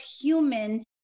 human